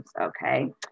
okay